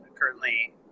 currently